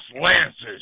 lances